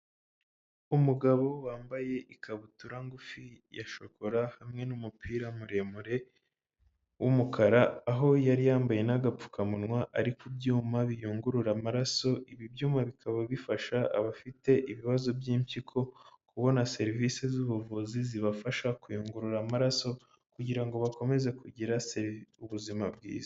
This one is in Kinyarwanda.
Umugabo wambaye ikabutura ngufi ya shokora hamwe n'umupira muremure w'umukara, aho yari yambaye n'agapfukamunwa ari ku byuma biyungurura amaraso, ibi byuma bikaba bifasha abafite ibibazo by'impyiko kubona serivisi z'ubuvuzi zibafasha kuyungurura amaraso kugirango ngo bakomeze kugira se ubuzima bwiza.